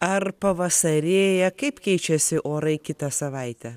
ar pavasarėja kaip keičiasi orai kitą savaitę